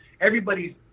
everybody's